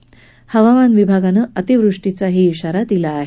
त्यातच हवामान विभागाने अतिवृष्टीचा इशारा दिला आहे